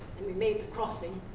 and we made crossing.